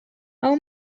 how